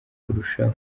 kurushaho